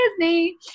Disney